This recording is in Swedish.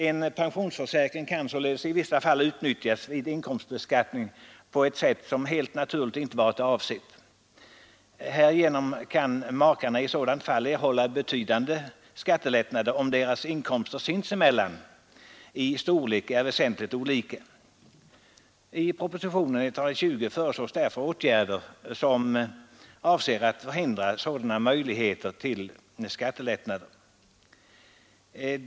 En pensionsförsäkring kan således i vissa fall vid inkomstbeskattning utnyttjas på ett sätt som helt naturligt inte varit avsett. Makarna kan i sådana fall erhålla betydande skattelättnader, om deras inkomster sinsemellan i storlek är väsentligt olika. I propositionen 120 föreslås därför åtgärder för att förhindra sådana icke avsedda skattelättnader.